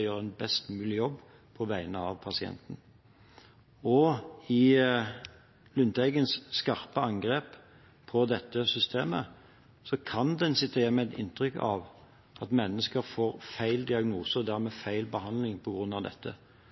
gjøre en best mulig jobb på vegne av pasienten. I Lundteigens skarpe angrep på dette systemet kan en sitte igjen med et inntrykk av at mennesker får feil diagnose og dermed feil behandling på grunn av dette. Det er